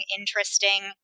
interesting